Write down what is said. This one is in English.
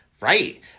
Right